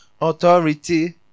authority